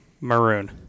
Maroon